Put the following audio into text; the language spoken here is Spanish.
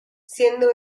siendo